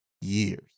years